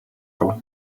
оров